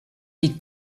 des